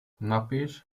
napiš